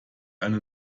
eine